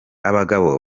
abagabo